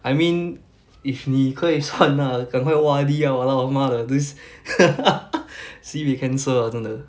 I mean if 你可以算 ah 赶快 O_R_D liao !walao! 他妈的 this sibei cancer ah 真的